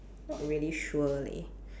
not really sure leh